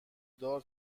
دار